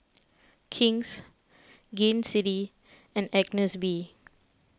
King's Gain City and Agnes B